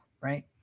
right